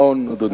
מעון, אדוני.